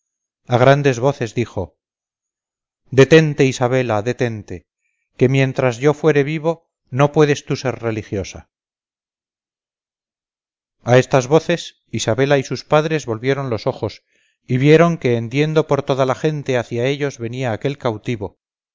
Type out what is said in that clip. a grandes voces dijo detente isabela detente que mientras yo fuere vivo no puedes tú ser religiosa a estas voces isabela y sus padres volvieron los ojos y vieron que hendiendo por toda la gente hacia ellos venía aquel cautivo